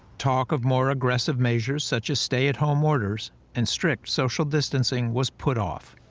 talk of more aggressive measures, such as stay-at-home orders and strict social distancing, was put off.